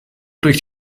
durch